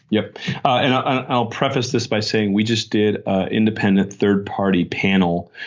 yep. and i'll preface this by saying we just did an independent third party panel.